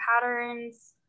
patterns